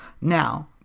Now